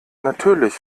natürlich